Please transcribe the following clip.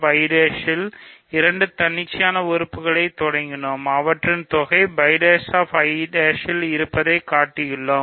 ல் இரண்டு தன்னிச்சையான உறுப்புகளுடன் தொடங்கினோம் அவற்றின் தொகை ல் இருப்பதைக் காட்டியுள்ளோம்